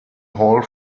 hall